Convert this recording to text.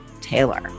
taylor